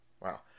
Wow